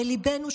בליבנו,